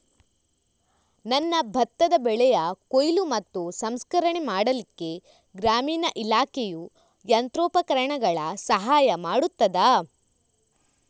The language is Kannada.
ನನ್ನ ಭತ್ತದ ಬೆಳೆಯ ಕೊಯ್ಲು ಮತ್ತು ಸಂಸ್ಕರಣೆ ಮಾಡಲಿಕ್ಕೆ ಗ್ರಾಮೀಣ ಇಲಾಖೆಯು ಯಂತ್ರೋಪಕರಣಗಳ ಸಹಾಯ ಮಾಡುತ್ತದಾ?